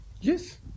Yes